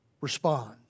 respond